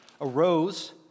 arose